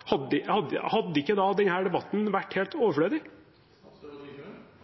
ikke denne debatten da vært helt overflødig?